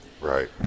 Right